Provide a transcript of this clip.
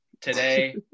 today